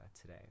today